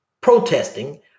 protesting